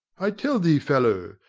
i tell thee, fellow,